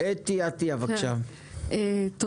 אתי עטייה, בבקשה.